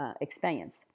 experience